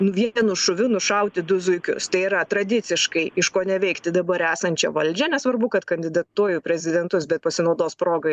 vienu šūviu nušauti du zuikius tai yra tradiciškai iškoneveikti dabar esančią valdžią nesvarbu kad kandidatuoju į prezidentus bet pasinaudos proga